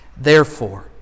Therefore